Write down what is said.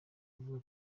kuvuga